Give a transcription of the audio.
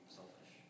selfish